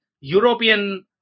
european